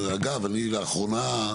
רגב, אני, לאחרונה,